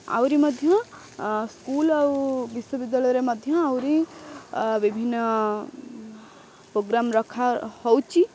ଆହୁରି ମଧ୍ୟ ସ୍କୁଲ୍ ଆଉ ବିଶ୍ୱବିଦ୍ୟାଳୟରେ ମଧ୍ୟ ଆହୁରି ବିଭିନ୍ନ ପ୍ରୋଗ୍ରାମ୍ ରଖାହେଉଛି